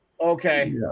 okay